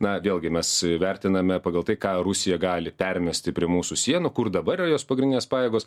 na vėlgi mes vertiname pagal tai ką rusija gali permesti prie mūsų sienų kur dabar yra jos pagrindinės pajėgos